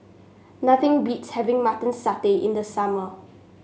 nothing beats having Mutton Satay in the summer